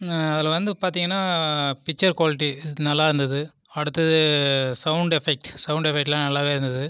அதில் வந்து பார்த்தீங்கன்னா பிச்சர் குவாலிட்டி நல்லா இருந்தது அடுத்தது சவுண்ட் எஃபெக்ட் சவுண்ட் எஃபெக்ட்டுலாம் நல்லா இருந்தது